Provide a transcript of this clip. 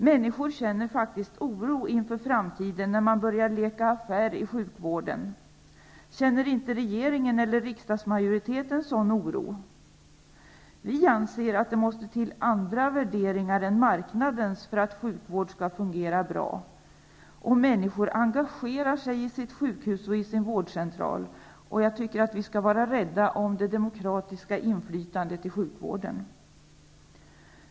Människor känner faktiskt oro inför framtiden när man börjar leka affär i sjukvården. Känner inte regeringen eller riksdagsmajoriteten någon sådan oro? Vi anser att det måste till andra värderingar än marknadens för att sjukvård skall fungera bra. Människor engagerar sig i sitt sjukhus och i sin vårdcentral. Jag tycker att vi skall vara rädda om det demokratiska inflytandet i sjukvården.